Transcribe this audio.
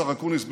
השר אקוניס,